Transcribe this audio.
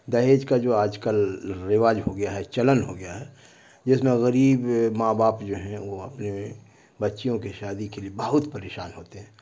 دہیج کا جو آج کل رواج ہو گیا ہے چلن ہو گیا ہے جس میں غریب ماں باپ جو ہیں وہ اپنے بچیوں کی شادی کے لیے بہت پریشان ہوتے ہیں